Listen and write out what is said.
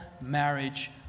marriage